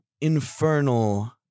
infernal